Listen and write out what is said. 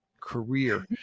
career